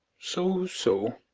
so so.